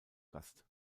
gast